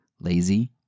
lazy